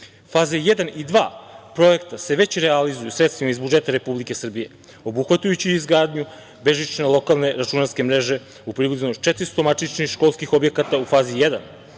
jedan i dva projekta se već realizuju sredstvima iz budžeta Republike Srbije, obuhvatajući izgradnju bežične lokalne računarske mreže u 400 matičnih školskih objekata u fazi